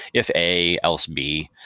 if a else b.